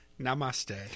Namaste